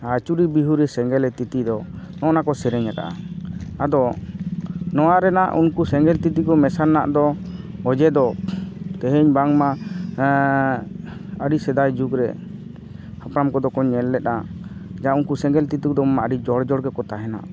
ᱟᱹᱡᱪᱩᱨᱮ ᱵᱤᱦᱩᱨᱮ ᱥᱮᱸᱜᱮᱞᱮ ᱛᱤᱛᱤᱫᱚ ᱱᱚᱜᱼᱚ ᱱᱟᱠᱚ ᱥᱮᱨᱮᱧ ᱟᱠᱟᱫᱟ ᱟᱫᱚ ᱱᱚᱣᱟ ᱨᱮᱱᱟᱜ ᱩᱱᱠᱩ ᱥᱮᱸᱜᱮᱞ ᱛᱤᱛᱤᱠᱚ ᱢᱮᱥᱟ ᱨᱮᱱᱟᱜ ᱫᱚ ᱚᱡᱮᱫᱚ ᱛᱦᱮᱦᱮᱧ ᱵᱟᱝᱢᱟ ᱟᱹᱰᱤ ᱥᱮᱫᱟᱭ ᱡᱩᱜᱽᱨᱮ ᱦᱟᱯᱲᱟᱢ ᱠᱚᱫᱚ ᱠᱚ ᱧᱮᱞ ᱞᱮᱫᱟ ᱡᱟᱦᱟᱸᱭ ᱩᱱᱠᱩ ᱥᱮᱸᱜᱮᱞ ᱛᱤᱛᱤᱫᱚ ᱢᱟ ᱟᱹᱰᱤ ᱡᱚᱲ ᱡᱚᱲ ᱜᱮᱠᱚ ᱛᱟᱦᱮᱱᱟ